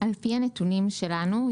על פי הנתונים שלנו,